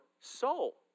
soul